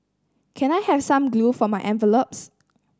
can I have some glue for my envelopes